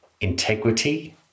integrity